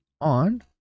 on